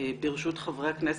ברשות חברי הכנסת,